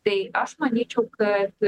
tai aš manyčiau kad